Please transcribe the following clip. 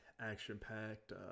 action-packed